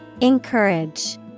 Encourage